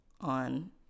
on